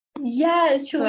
Yes